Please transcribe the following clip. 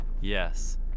Yes